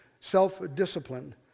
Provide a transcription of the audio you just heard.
self-discipline